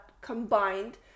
combined